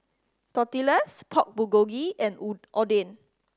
Tortillas Pork Bulgogi and Oden